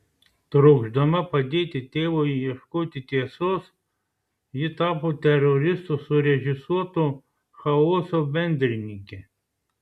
trokšdama padėti tėvui ieškoti tiesos ji tapo teroristų surežisuoto chaoso bendrininke